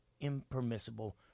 impermissible